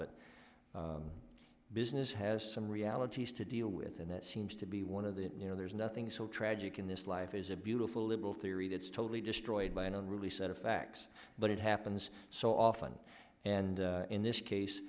but business has some realities to deal with and it seems to be one of the you know there's nothing so tragic in this life is a beautiful little theory that's totally destroyed by an unruly set of facts but it happens so often and in this case